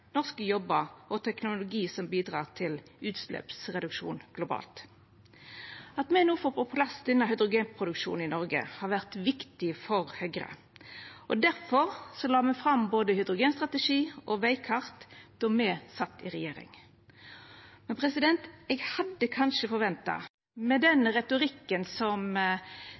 norske jobbar og teknologi som bidreg til utsleppsreduksjon globalt. At me no får på plass denne hydrogenproduksjonen i Noreg, har vore viktig for Høgre. Difor la me fram både hydrogenstrategi og vegkart då me sat i regjering. Eg hadde kanskje forventa, med den retorikken som